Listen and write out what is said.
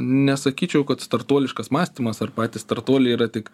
nesakyčiau kad startuoliškas mąstymas ar patys startuoliai yra tik